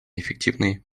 эффективный